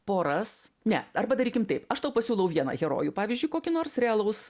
poras ne arba darykim taip aš tau pasiūliau vieną herojų pavyzdžiui kokį nors realaus